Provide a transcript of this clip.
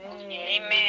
Amen